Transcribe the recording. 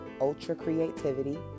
ultra-creativity